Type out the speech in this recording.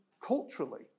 culturally